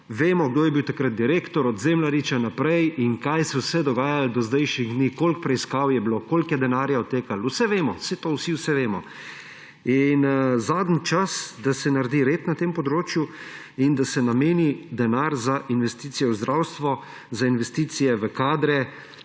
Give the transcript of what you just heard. vemo, kdo je bil takrat direktor, od Zemljariča naprej, in kaj vse se je dogajalo do zdajšnjih dni, koliko preiskav je bilo, koliko denarja je odtekalo. Vse vemo, saj vsi vse to vemo. Zadnji čas, da se naredi red na tem področju in da se nameni denar za investicije v zdravstvo, za investicije v kadre,